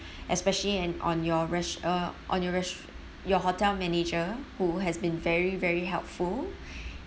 especially and on your resh~ uh on your resh~ your hotel manager who has been very very helpful